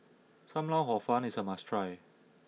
Sam Lau Hor Fun is a must try